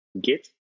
Git